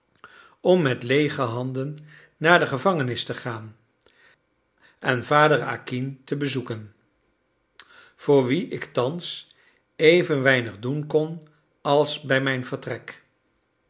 om met leege handen naar de gevangenis te gaan en vader acquin te bezoeken voor wien ik thans even weinig doen kon als bij mijn vertrek